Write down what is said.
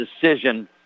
decision